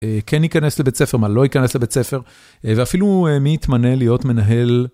כן ייכנס לבית ספר, מה לא ייכנס לבית ספר ואפילו מי יתמנה להיות מנהל.